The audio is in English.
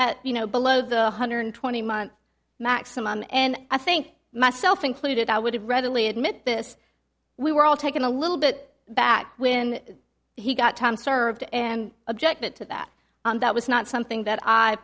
you know below the one hundred twenty month maximum and i think myself included i would readily admit this we were all taken a little bit back when he got time served and objected to that and that was not something that i